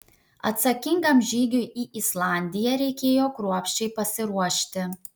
atsakingam žygiui į islandiją reikėjo kruopščiai pasiruošti